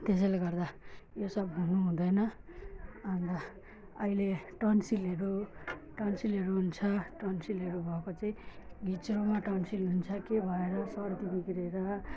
त्यसैले गर्दा यो सब हुनु हुँदैन अन्त अहिले टन्सिलहरू टन्सिलहरू हुन्छ टन्सिलहरू भएको चाहिँ घिच्रोमा टन्सिल हुन्छ के भएर सर्दी बिग्रेर